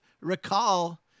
recall